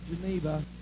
Geneva